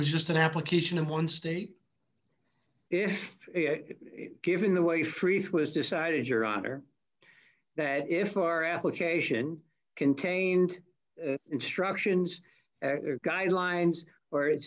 was just an application of one state if given the way freeze was decided your honor that if our application contained instructions or guidelines or it